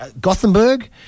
Gothenburg